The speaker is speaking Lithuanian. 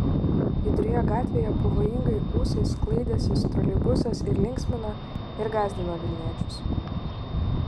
judrioje gatvėje pavojingai ūsais sklaidęsis troleibusas ir linksmino ir gąsdino vilniečius